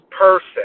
person